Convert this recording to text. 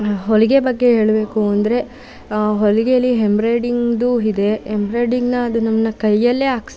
ಹೊಲಿಗೆ ಬಗ್ಗೆ ಹೇಳಬೇಕು ಅಂದರೆ ಹೊಲಿಗೇಲಿ ಎಂಬ್ರಾಯ್ಡಿಂಗ್ದೂ ಇದೆ ಎಂಬ್ರಾಯ್ಡಿಂಗ್ನ ಅದು ನಮ್ಮ ಕೈಯಲ್ಲೇ ಹಾಕ್ಸಿ